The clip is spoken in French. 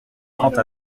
trente